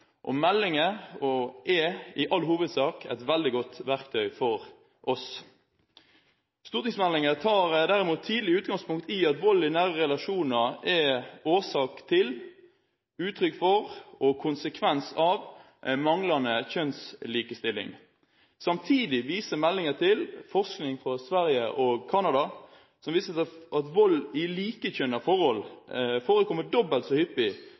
er i all hovedsak et veldig godt verktøy for oss. Stortingsmeldingen tar derimot tidlig utgangspunkt i at vold i nære relasjoner er årsak til, uttrykk for og konsekvens av manglende kjønnslikestilling. Samtidig viser meldingen til forskning fra Sverige og Canada, som viser at vold i likekjønnede forhold forekommer dobbelt så hyppig